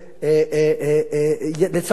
לצד כל הבעיות האחרות.